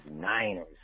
Niners